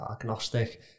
agnostic